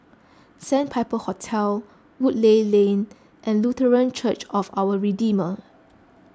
Sandpiper Hotel Woodleigh Lane and Lutheran Church of Our Redeemer